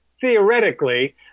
theoretically